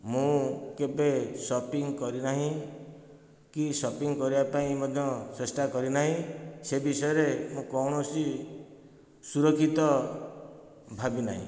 ମୁଁ କେବେ ଶପିଂ କରି ନାହିଁ କି ଶପିଂ କରିବା ପାଇଁ ମଧ୍ୟ ଚେଷ୍ଟା କରି ନାହିଁ ସେ ବିଷୟରେ ମୁଁ କୌଣସି ସୁରକ୍ଷିତ ଭାବିନାହିଁ